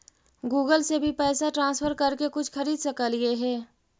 Google से भी पैसा ट्रांसफर कर के कुछ खरिद सकलिऐ हे?